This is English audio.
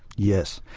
yes,